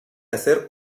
hacer